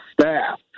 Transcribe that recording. staff